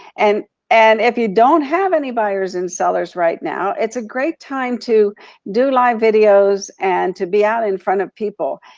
and and if you don't have any buyers and sellers right now, it's a great time to do live videos and to be out in front of people.